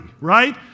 right